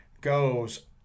goes